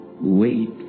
Wait